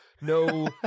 no